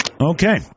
Okay